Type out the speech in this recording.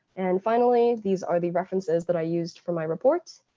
and finally, these are the references that i used for my reports.